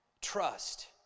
trust